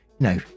No